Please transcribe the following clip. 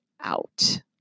out